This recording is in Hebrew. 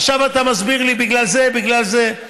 עכשיו אתה מסביר לי: בגלל זה, בגלל זה.